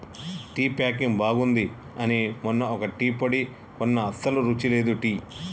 tea packing బాగుంది అని మొన్న ఒక టీ పొడి కొన్న అస్సలు రుచి లేదు టీ